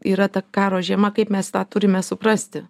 yra ta karo žiema kaip mes tą turime suprasti